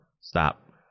stop